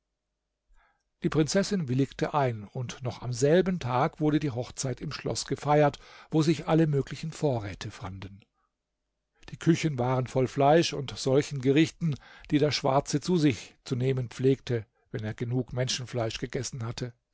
die prinzessin willigte ein und noch am selben tag wurde die hochzeit im schloß gefeiert wo sich alle möglichen vorräte fanden die küchen waren voll fleisch und solchen gerichten die der schwarze zu sich zu nehmen pflegte wenn er genug menschenfleisch gegessen hatte